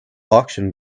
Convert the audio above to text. auction